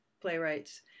playwrights